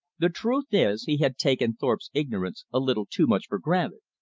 the truth is, he had taken thorpe's ignorance a little too much for granted.